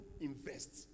invest